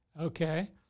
Okay